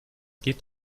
geht